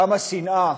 כמה שנאה,